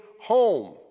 home